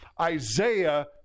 Isaiah